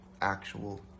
actual